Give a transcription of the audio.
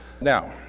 Now